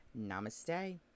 namaste